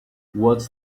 watch